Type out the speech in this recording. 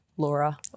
Laura